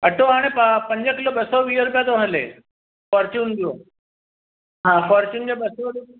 अटो हाणे पाउ पंज किलो ॿ सौ वीह रुपिया थो हले फोर्च्युन जो हा फोर्च्युन जो ॿ सौ वीह